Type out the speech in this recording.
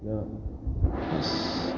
जे